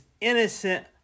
innocent